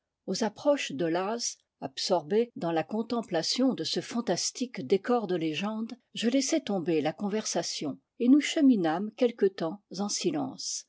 aux approches de laz absorbé dans la contemplation de ce fantastique décor de légende je laissai tomber la conversation et nous cheminâmes quelque temps en silence